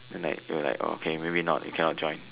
then like you're like maybe not you cannot join